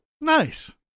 Nice